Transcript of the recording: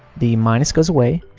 the minus goes away,